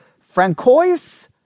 Francois